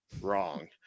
Wrong